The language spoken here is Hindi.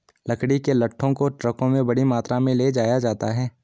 लकड़ी के लट्ठों को ट्रकों में बड़ी मात्रा में ले जाया जाता है